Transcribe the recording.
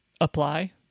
apply